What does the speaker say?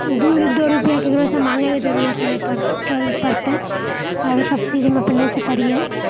दू दो रुपैआ ककरो सऽ माँगै कऽ जरुरत नहि पड़तै आओर सब चीज हम अपने सऽ करियै